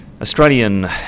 Australian